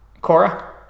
cora